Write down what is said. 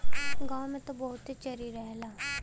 गांव में त बहुते चरी रहला